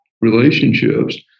relationships